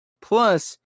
plus